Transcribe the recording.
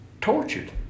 tortured